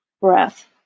breath